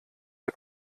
der